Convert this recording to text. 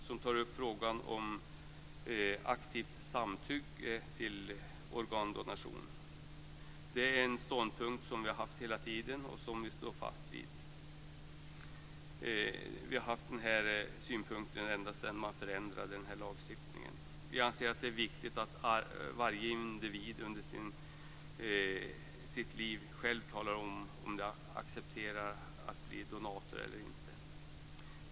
Den tar upp frågan om aktivt samtycke till organdonation. Det är en ståndpunkt som vi har haft hela tiden och som vi står fast vid. Vi har haft den synpunkten ändå sedan man förändrade lagstiftningen. Vi anser att det är viktigt att varje individ under sitt liv själv talar om ifall man accepterar att bli donator eller inte.